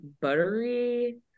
buttery